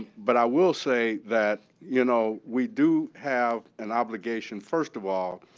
but i will say that you know we do have an obligation, first of all,